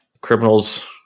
criminals